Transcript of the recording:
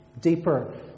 deeper